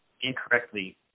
incorrectly